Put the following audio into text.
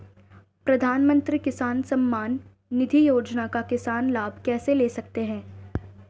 प्रधानमंत्री किसान सम्मान निधि योजना का किसान लाभ कैसे ले सकते हैं?